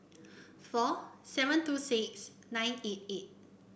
four seven two six nine eight eight